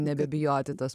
nebebijoti tos